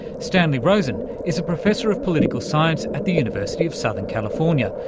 stanley rosen is a professor of political science at the university of southern california,